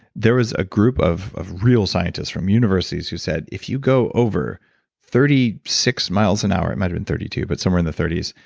there was a group of of real scientists from universities who said, if you go over thirty six miles an hour. it might have been thirty two, but somewhere in the thirty s.